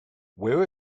where